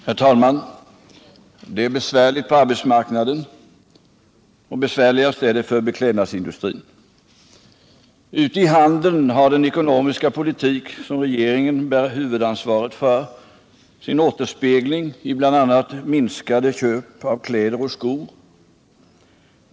Herr talman! Det är besvärligt på arbetsmarknaden, och besvärligast är det för beklädnadsindustrin. Ute i handeln har den ekonomiska politik som regeringen bär huvudansvaret för sin återspegling i bl.a. minskade köp av kläder och skor.